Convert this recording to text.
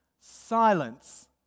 Silence